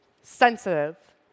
sensitive